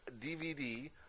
DVD